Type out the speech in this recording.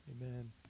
Amen